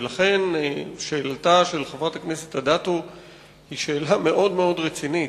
ולכן שאלתה של חברת הכנסת אדטו היא שאלה מאוד מאוד רצינית.